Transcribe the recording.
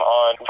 on